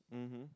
mmhmm